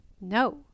no